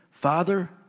Father